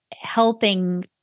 helping